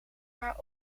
haar